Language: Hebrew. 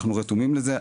אנחנו רתומים לזה,